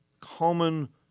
common